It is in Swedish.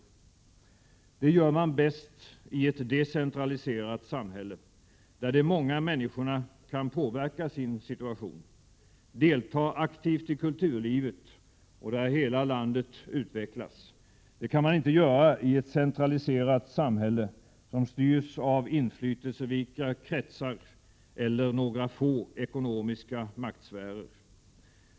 Detta gör man bäst i ett decentraliserat samhälle där de många människorna kan påverka sin situation, delta aktivt i kulturlivet och där hela landet utvecklas. Det kan man inte göra i ett centraliserat samhälle som styrs av inflytelserika kretsar eller några få ekonomiska maktsfärer.